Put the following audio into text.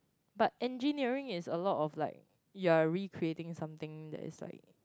but engineering is a lot of like you are recreating something that is like